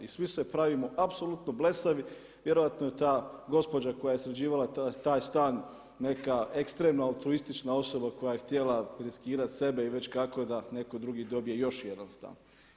I svi se pravimo apsolutno blesavi, vjerojatno je ta osoba koja je sređivala ta stan neka ekstremna altruistična osoba koja je htjela riskirati sebe i već kako da neko drugi dobije još jedan stan.